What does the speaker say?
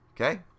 okay